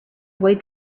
boy